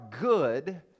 good